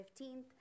15th